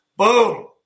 Boom